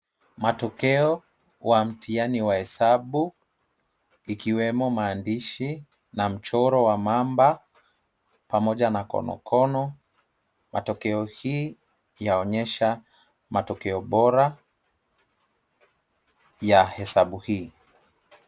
Matokeo wa mtihani wa hesabu ikiwemo maandishi na mchoro wa mamba pamoja na konokono. Matokeo hii yaonyesha matokeo bora ya hesabu hii.